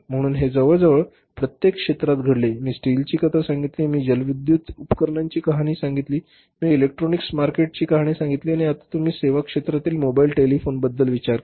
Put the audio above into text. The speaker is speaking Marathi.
म्हणून हे जवळजवळ प्रत्येक क्षेत्रात घडले आहे मी स्टीलची कथा सांगितली मी जलविद्युत उपकरणांची कहाणी सांगितली मी इलेक्ट्रॉनिक्स मार्केटची कहाणी सांगितली आणि आता तुम्ही सेवा क्षेत्रातील मोबाइल टेलिफोनिकबद्दल विचार करा